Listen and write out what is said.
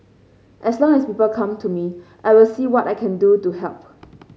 as long as people come to me I will see what I can do to help